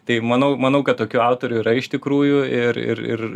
tai manau manau kad tokių autorių yra iš tikrųjų ir ir ir